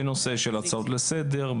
בהצעות לסדר,